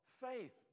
faith